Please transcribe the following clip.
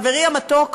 חברי המתוק,